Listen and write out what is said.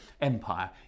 Empire